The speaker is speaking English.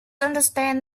understand